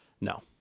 no